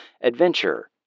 adventure